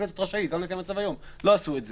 הכנסת רשאית, אבל לא עשו את זה.